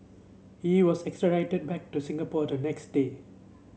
he was extradited back to Singapore the next day